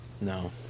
No